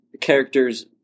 characters